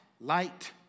light